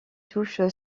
touche